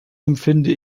empfinde